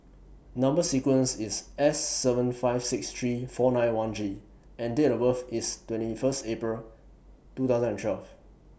Number sequence IS S seven five six three four nine one G and Date of birth IS twenty First April two thousand and twelve